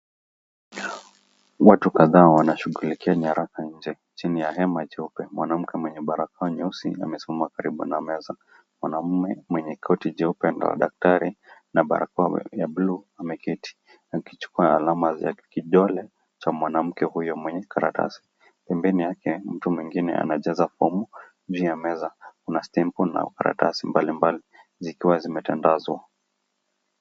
Watu kadhaa wanashughulikia nyaraka nje chini ya hema jeupe. Mwanamke mwenye barakoa nyeusi amesimama karibu na meza. Mwanaume mwenye koti jeupe ndiye daktari na barakoa ya blue ameketi akichukua alama za kidole cha mwanamke huyo mwenye karatasi. Pembeni yake mtu mwingine anajaza fomu juu ya meza. Kuna stempu na karatasi mbalimbali zikiwa zimetandazwa.